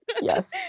yes